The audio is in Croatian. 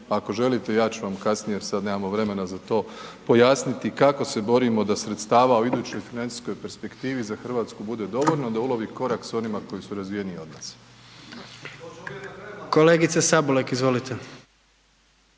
Ako želite ja ću vam kasnije jer sad nemamo vremena za to, pojasniti kako se borimo da sredstava u idućoj financijskoj perspektivi za RH bude dovoljno da ulovi korak s onima koji su razvijeniji od nas. **Jandroković,